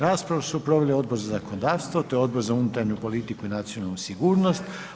Raspravu su proveli Odbor za zakonodavstvo te Odbor za unutarnju politiku i nacionalnu sigurnost.